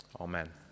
Amen